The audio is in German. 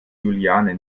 juliane